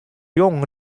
jong